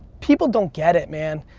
people don't get it man.